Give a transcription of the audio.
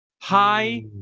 hi